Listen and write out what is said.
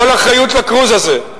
כל אחריות לכרוז הזה,